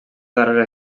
darrera